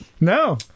no